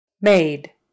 Made